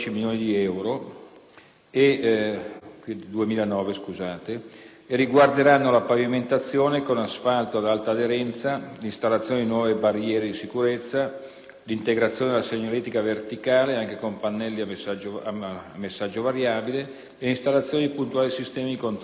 che riguarderanno la pavimentazione con asfalto ad alta aderenza, 1'installazione di nuove barriere di sicurezza, l'integrazione della segnaletica verticale anche con pannelli a messaggio variabile e l'installazione di puntuali sistemi di controllo della velocità.